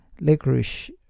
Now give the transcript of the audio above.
Licorice